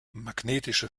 magnetische